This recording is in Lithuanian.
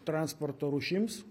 transporto rūšims